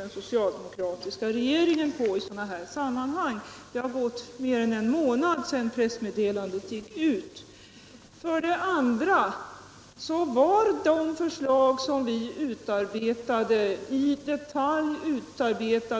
Den socialdemokratiska regeringen höll faktiskt på formerna i sådana här sammanhang. För det andra: Våra förslag var utarbetade i detalj